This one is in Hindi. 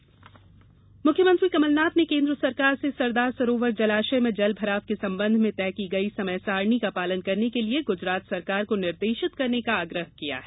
मुख्यमंत्री बांध मुख्यमंत्री कमलनाथ ने केन्द्र सरकार से सरदार सरोवर जलाशय में जल भराव के संबंध में तय की गई समय सारिणी का पालन करने के लिए गुजरात सरकार को निर्देशित करने का आग्रह किया है